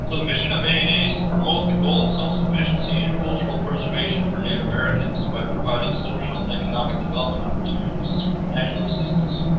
the mission of ana is to promote the goal of self-sufficiency and cultural preservation for native americans by providing social and economic development opportunities through financial assistance,